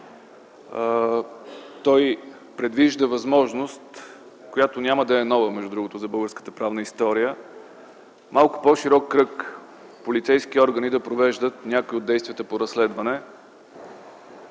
той предвижда възможност, която няма да е нова за българската правна история – малко по-широк кръг полицейски органи да провеждат някои от действията по разследване.